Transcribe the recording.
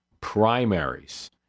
primaries